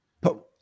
But-